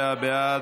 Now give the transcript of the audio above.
34 בעד,